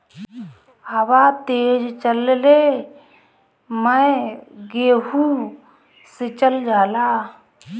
हवा तेज चलले मै गेहू सिचल जाला?